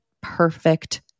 perfect